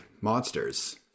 monsters